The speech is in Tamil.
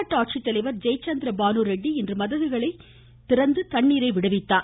மாவட்ட ஆட்சித்தலைவர் ஜெயச்சந்திர பானு ரெட்டி இன்று மதகுகளை திறந்து தண்ணீரை விடுவித்தார்